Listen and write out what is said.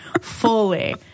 Fully